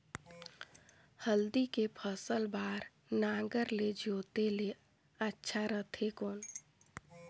हल्दी के फसल बार नागर ले जोते ले अच्छा रथे कौन?